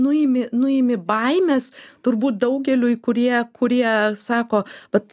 nuimi nuimi baimes turbūt daugeliui kurie kurie sako vat